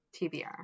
tbr